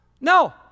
No